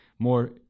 more